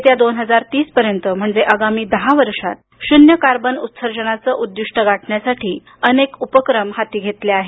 येत्या दोन हजार तीसपर्यंत म्हणजे आगामी दहा वर्षात शून्य कार्बन उत्सर्जनाचे उद्दीष्ट गाठण्यासाठी अनेक उपक्रम हाती घेतले आहेत